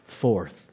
Fourth